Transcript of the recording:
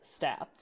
stats